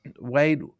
Wade